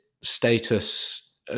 status